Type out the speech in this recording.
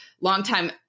Longtime